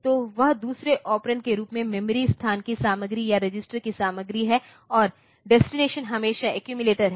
तो वह दूसरे ऑपरेंड के रूप में मेमोरी स्थान की सामग्री या रजिस्टर की सामग्री है और डेस्टिनेशन हमेशा एक्यूमिलेटर है